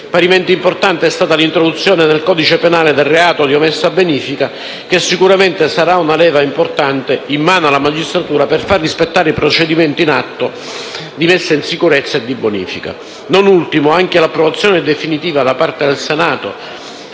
Parimenti importante è stata l'introduzione nel codice penale del reato di omessa bonifica, che sicuramente sarà una leva importante in mano alla magistratura per far rispettare i procedimenti in atto di messa in sicurezza e bonifica. Non ultimo, anche l'approvazione definitiva da parte del Senato